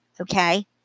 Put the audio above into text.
okay